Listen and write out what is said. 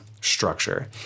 structure